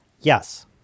Yes